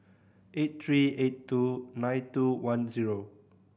eight three eight two nine two one zero